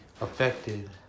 affected